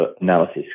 analysis